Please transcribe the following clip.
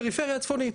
כן, בפריפריה הצפונית.